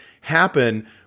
happen